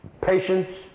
patience